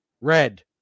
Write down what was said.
red